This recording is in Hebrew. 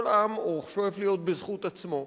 כל עם שואף להיות בזכות עצמו,